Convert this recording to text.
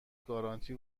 گارانتی